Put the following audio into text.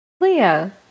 Leah